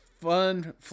fun